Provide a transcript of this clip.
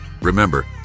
remember